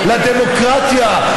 לדמוקרטיה,